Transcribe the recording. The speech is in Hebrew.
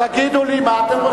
תגידו לי מה אתם רוצים.